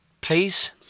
Please